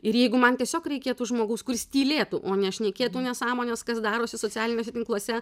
ir jeigu man tiesiog reikėtų žmogaus kuris tylėtų o ne šnekėtų nesąmones kas darosi socialiniuose tinkluose